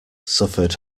suffered